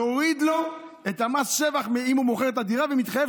נוריד לו את מס השבח אם הוא מוכר את הדירה ומתחייב